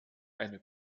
eine